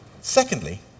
Secondly